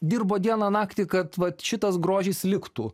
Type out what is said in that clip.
dirbo dieną naktį kad vat šitas grožis liktų